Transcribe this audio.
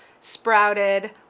sprouted